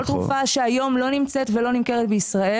כל תרופה שהיום לא נמצאת ולא נמכרת בישראל.